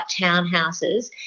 townhouses